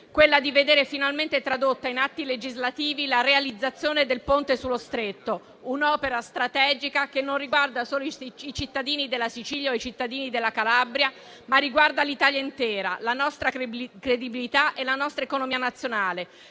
quella di vedere finalmente tradotta in atti legislativi la realizzazione del Ponte sullo Stretto, un'opera strategica che riguarda non solo i cittadini della Sicilia o della Calabria, ma l'Italia intera, la nostra credibilità e la nostra economia nazionale,